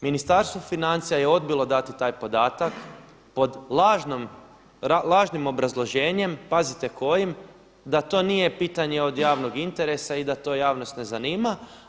Ministarstvo financija je odbilo dati taj podatak pod lažnim obrazloženjem, pazite kojim, da to nije pitanje od javnog interesa i da to javnost ne zanima.